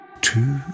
Two